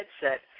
headset